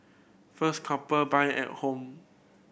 first couple buy at home